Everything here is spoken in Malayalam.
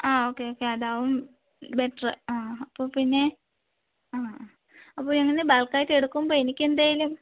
ആ ഓക്കേ ഓക്കേ അതാവും ബെറ്ററ് ആ അപ്പോൾ പിന്നെ ആ അപ്പോൾ എങ്ങനെ ബൾക്കായിട്ടെടുക്കുമ്പോൾ എ നിക്കെന്തെങ്കിലും